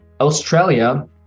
Australia